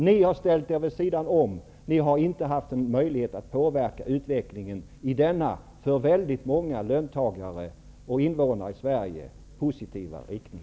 Ni har ställt er vid sidan om, och ni har inte haft någon möjlighet att påverka utvecklingen i denna för väldigt många löntagare och invånare i Sverige positiva riktning.